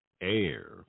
air